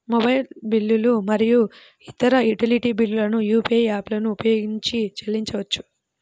mobile బిల్లులు మరియు ఇతర యుటిలిటీ బిల్లులను యూ.పీ.ఐ యాప్లను ఉపయోగించి చెల్లించవచ్చు